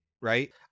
right